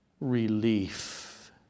relief